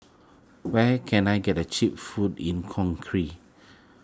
where can I get the Cheap Food in Conkry